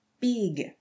Big